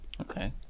Okay